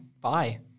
Bye